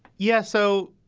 yeah. so,